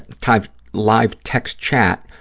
live live text chat,